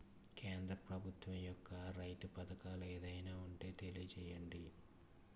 కేంద్ర ప్రభుత్వం యెక్క రైతు పథకాలు ఏమైనా ఉంటే తెలియజేయండి?